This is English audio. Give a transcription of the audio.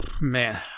Man